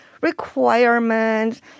requirements